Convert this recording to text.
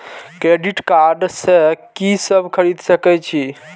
Credit card से की सब खरीद सकें छी?